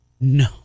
No